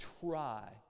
try